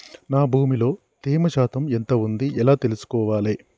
నా భూమి లో తేమ శాతం ఎంత ఉంది ఎలా తెలుసుకోవాలే?